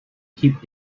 keep